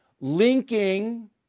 linking